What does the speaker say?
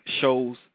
shows